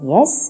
Yes